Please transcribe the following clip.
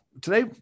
today